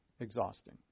exhausting